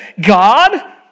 God